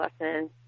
lesson